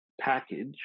package